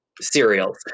cereals